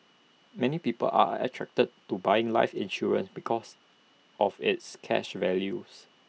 many people are attracted to buying life insurance because of its cash values